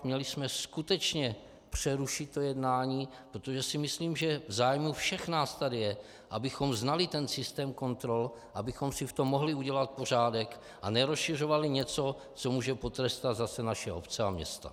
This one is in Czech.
Měli jsme skutečně přerušit jednání, protože si myslím, že v zájmu všech nás tady je, abychom znali systém kontrol, abychom si v tom mohli udělat pořádek a nerozšiřovali něco, co může potrestat zase naše obce a města.